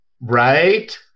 right